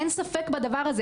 אין ספק בדבר הזה,